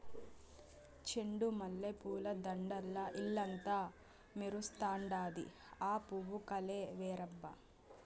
చెండు మల్లె పూల దండల్ల ఇల్లంతా మెరుస్తండాది, ఆ పూవు కలే వేరబ్బా